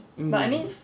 mm